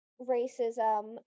racism